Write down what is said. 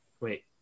wait